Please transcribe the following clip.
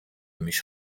میش